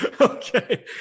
okay